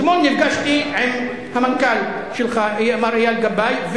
אתמול נפגשתי עם המנכ"ל שלך מר אייל גבאי,